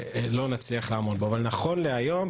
אבל נכון להיום,